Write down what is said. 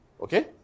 okay